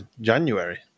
January